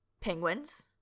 penguins